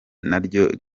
naryo